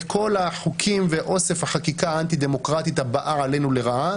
את כל החוקים ואוסף החקיקה האנטי-דמוקרטית הבאה עלינו לרעה.